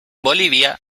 bolivia